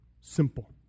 Simple